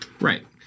Right